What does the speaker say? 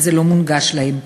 וזה לא מונגש להן.